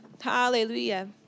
Hallelujah